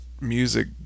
music